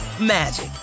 magic